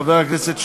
חבר הכנסת שמולי,